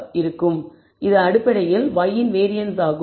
இது அடிப்படையில் y இன் வேரியன்ஸ் ஆகும்